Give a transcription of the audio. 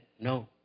no